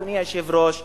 אדוני היושב-ראש,